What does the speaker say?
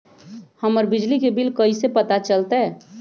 हमर बिजली के बिल कैसे पता चलतै?